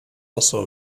also